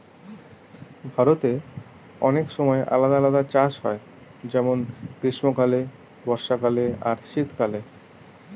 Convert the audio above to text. ভারতে অনেক সময় আলাদা আলাদা চাষ হয় যেমন গ্রীস্মকালে, বর্ষাকালে আর শীত কালে